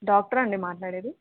డాక్టరా అండి మాట్లాడేది